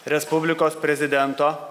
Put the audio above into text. respublikos prezidento